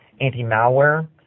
anti-malware